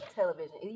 Television